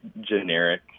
generic